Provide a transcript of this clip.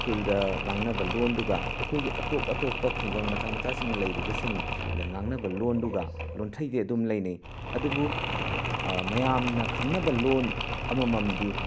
ꯎꯈ꯭ꯔꯨꯜꯗ ꯉꯥꯡꯅꯕ ꯂꯣꯟꯗꯨꯒ ꯎꯈ꯭ꯔꯨꯜꯒꯤ ꯑꯇꯣꯞ ꯑꯇꯣꯞꯄ ꯈꯨꯡꯒꯪ ꯃꯆꯥ ꯃꯆꯥꯁꯤꯡ ꯂꯩꯔꯤꯕꯁꯤꯡꯗ ꯉꯥꯡꯅꯕ ꯂꯣꯟꯗꯨꯒ ꯂꯣꯟꯊ꯭ꯔꯩꯗꯤ ꯑꯗꯨꯝ ꯂꯩꯅꯩ ꯑꯗꯨꯕꯨ ꯃꯌꯥꯝꯅ ꯈꯪꯅꯕ ꯂꯣꯟ ꯑꯃꯃꯝꯗꯤ